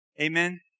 Amen